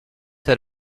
had